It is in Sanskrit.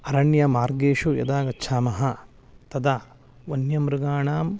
अरण्यमार्गेषु यदा गच्छामः तदा वन्यमृगाणां